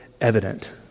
evident